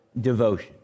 devotion